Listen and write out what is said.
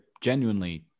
genuinely